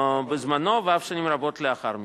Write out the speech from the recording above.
בזמנו ואף שנים רבות לאחר מכן.